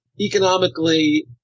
economically